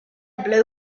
blue